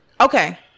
Okay